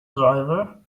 driver